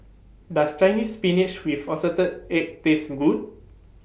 Does Chinese Spinach with Assorted Eggs Taste Good